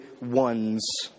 ones